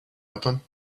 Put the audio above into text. happen